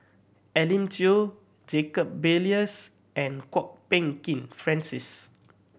Elim Chew Jacob Ballas and Kwok Peng Kin Francis